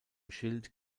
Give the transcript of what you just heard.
schild